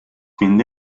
mind